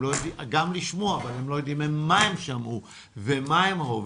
גם לשמוע אבל הם לא יודעים מה הם שמעו ומה הם ראו.